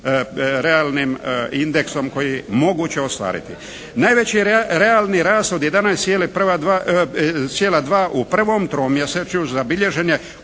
realnim indeksom koji je moguće ostvariti. Najveći realni rast od 11,2 u prvom tromjesečju zabilježen je